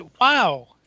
wow